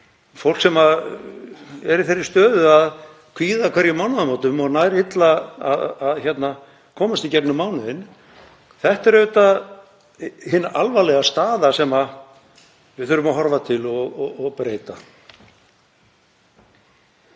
fólk sem er í þeirri stöðu að kvíða hverjum mánaðamótum og nær illa að komast í gegnum mánuðinn. Það er auðvitað hin alvarlega staða sem við þurfum að horfa til og breyta.